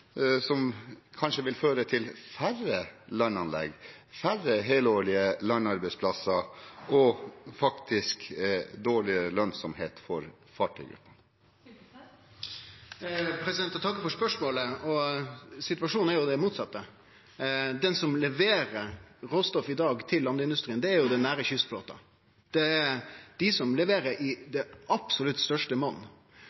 som kanskje vil føre til færre landanlegg, færre helårige landarbeidsplasser og faktisk dårligere lønnsomhet for fartøyene? Eg takkar for spørsmålet. Situasjonen er jo den motsette: Dei som leverer råstoff til landindustrien i dag, er jo den nære kystflåten. Det er dei som leverer i